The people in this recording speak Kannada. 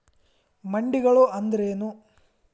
ಮಂಡಿಗಳು ಅಂದ್ರೇನು?